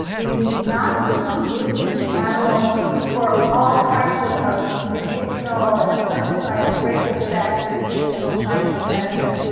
we need not to be using animals for all kinds of of medicinal and as much as i have great respect for traditional chinese medicine,